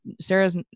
Sarah's